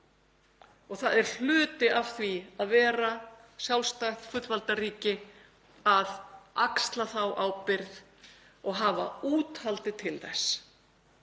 Það er hluti af því að vera sjálfstætt og fullvalda ríki að axla þá ábyrgð og hafa úthaldið til þess.